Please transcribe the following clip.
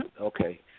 Okay